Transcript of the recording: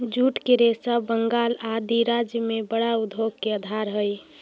jute के रेशा बंगाल आदि राज्य में बड़ा उद्योग के आधार हई